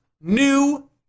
new